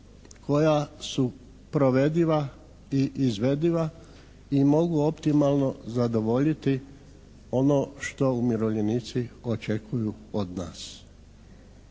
koja su provediva i izvediva i mogu optimalno zadovoljiti ono što umirovljenici očekuju od nas.